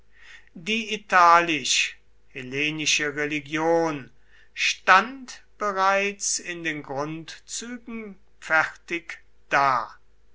die italisch hellenische religion stand bereits in den grundzügen fertig da